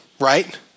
right